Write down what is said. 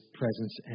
presence